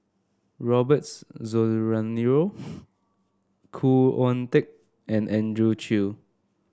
Robbers Rozario Khoo Oon Teik and Andrew Chew